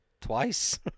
Twice